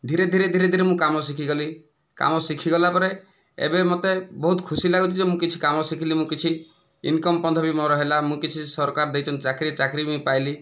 ଧିରେ ଧିରେ ଧିରେ ଧିରେ ମୁଁ କାମ ଶିଖିଗଲି କାମ ଶିଖିଗଲାପରେ ଏବେ ମୋତେ ବହୁତ ଖୁସି ଲାଗୁଚି ଯେ ମୁଁ କିଛି କାମ ଶିଖିଲି ମୁଁ କିଛି ଇନକମ୍ ପନ୍ଥା ବି ମୋ'ର ହେଲା ମୁଁ କିଛି ସରକାର ଦେଇଛନ୍ତି ଚାକିରି ଚାକିରି ମୁଁ ପାଇଲି